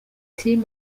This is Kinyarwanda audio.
tim